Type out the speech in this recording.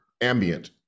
ambient